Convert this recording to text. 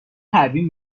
پروین